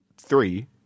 Three